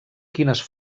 quines